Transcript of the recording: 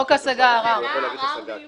חוק השגה ערר וערעור.